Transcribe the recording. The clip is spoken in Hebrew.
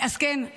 אז כן,